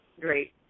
great